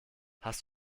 hast